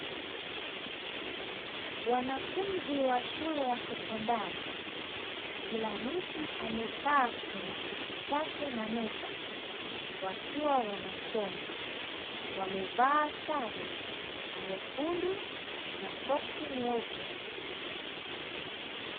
Wanafunzi wa shule ya sekondari, kila mtu amekaa kwenye kiti chake na meza, wakiwa wanasoma wamevaa sare nyekundu na soksi nyeupe.